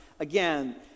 Again